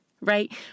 right